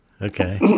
okay